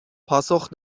پاسخ